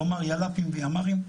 יל"פים וימ"רים,